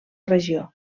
regió